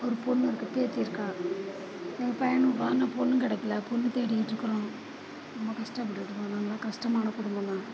ஒரு பெண்ணு இருக்குது பேத்தி இருக்காள் எங்கள் பையனுக்கு ஆனால் பெண்ணு கிடைக்கல பெண்ணு தேடிக்கிட்டு இருக்கிறோம் ரொம்ப கஷ்டப்பட்டுட்டு இருக்கிறோம் நாங்கள் கஷ்டமான குடும்பம்தான்